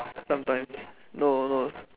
sometimes no no